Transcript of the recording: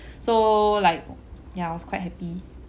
so like ya I was quite happy